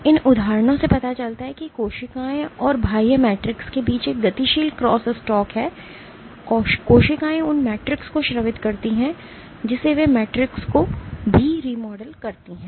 इन उदाहरणों से पता चलता है कि कोशिकाओं और बाह्य मैट्रिक्स के बीच एक गतिशील क्रॉसस्टॉक है कोशिकाएं उस मैट्रिक्स को स्रावित करती हैं जिसे वे मैट्रिक्स को भी रीमॉडेल करते हैं